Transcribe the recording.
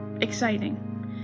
exciting